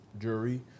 jury